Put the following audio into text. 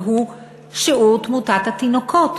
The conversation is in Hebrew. והוא שיעור תמותת התינוקות.